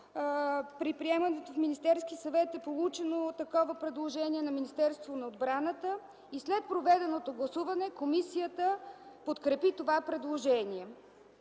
при приемането в Министерския съвет е получено предложение на Министерството на отбраната и след проведеното гласуване комисията подкрепи това предложение.